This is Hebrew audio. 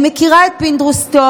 אני מכירה את פינדרוס טוב.